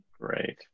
Great